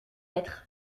être